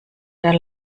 der